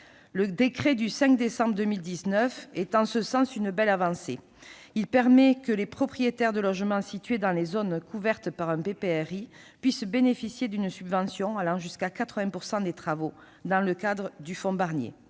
Le décret du 5 décembre 2019 est en ce sens une belle avancée. Il permet que les propriétaires de logements situés dans les zones couvertes par un plan de prévention des risques d'inondation (PPRI) puissent bénéficier d'une subvention allant jusqu'à 80 % des travaux dans le cadre du fonds Barnier.